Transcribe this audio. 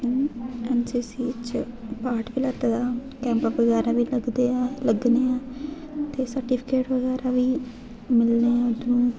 ते अ'ऊं एनसीसी बिच पार्ट बी लैते दा कैंप बगैरा बी लगदे आ लग्गने हैन ते सर्टिफिकेट बगैरा बी मिलने न उद्धरूं